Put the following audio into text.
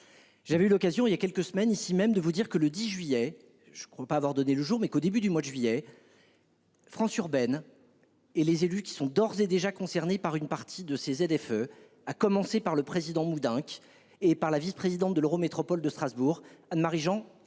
J'avais eu l'occasion il y a quelques semaines ici même de vous dire que le 10 juillet. Je ne crois pas avoir donné le jour mais qu'au début du mois de juillet. France urbaine. Et les élus qui sont d'ores et déjà concernés par une partie de ces ZFE. À commencer par le président Moudenc et par la vice-, présidente de l'Eurométropole de Strasbourg Anne-Marie Jean